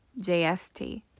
JST